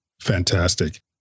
Fantastic